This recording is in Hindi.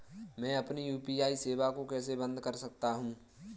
मैं अपनी यू.पी.आई सेवा को कैसे बंद कर सकता हूँ?